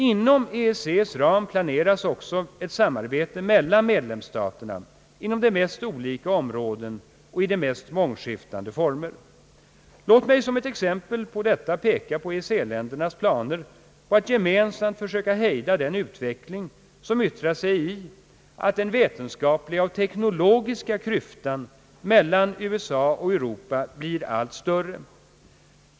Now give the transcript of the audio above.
Inom EEC:s ram planeras också ett samarbete mellan medlemsstaterna inom de mest olika områden och i de mest skiftande former. Låt mig som ett exempel härpå peka på EEC-ländernas planer på att gemensamt försöka hejda den utveckling, som yttrar sig i att den vetenskapliga och den teknologiska klyftan mellan USA och Europa blir allt större.